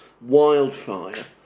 wildfire